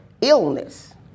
illness